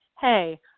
hey